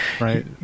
right